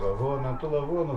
lovonų tų lavonų